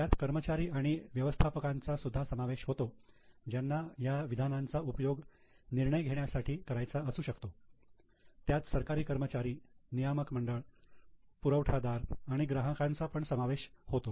त्यात कर्मचारी आणि व्यवस्थापकांचा सुधा समावेश होतो ज्यांना ह्या विधानांचा उपयोग निर्णय घेण्यासाठी करायचा असू शकतो त्यात सरकारी कर्मचारी नियामक मंडळ पुरवठा दार आणि ग्राहकांचा पण समावेश होतो